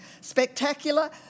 spectacular